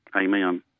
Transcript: Amen